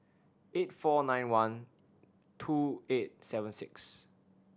eight four nine one two eight seven six